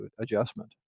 adjustment